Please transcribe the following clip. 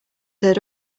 heard